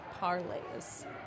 parlays